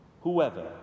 Whoever